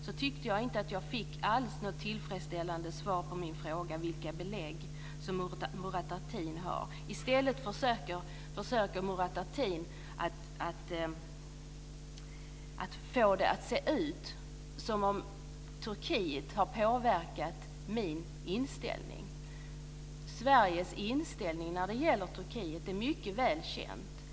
Jag tyckte inte att jag fick något tillfredsställande svar på min fråga, vilka belägg som Murad Artin har. I stället försöker Murad Artin att få det att se ut som om Turkiet har påverkat min inställning. Sveriges inställning när det gäller Turkiet är mycket väl känd.